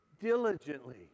diligently